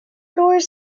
doors